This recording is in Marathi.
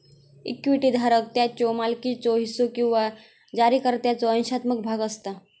इक्विटी धारक त्याच्यो मालकीचो हिस्सो किंवा जारीकर्त्याचो अंशात्मक भाग असता